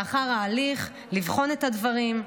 לאחר ההליך לבחון את הדברים,